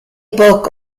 book